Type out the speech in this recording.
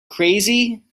crazy